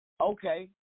Okay